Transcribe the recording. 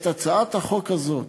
את הצעת החוק הזאת,